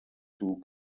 two